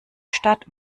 statt